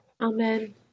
amen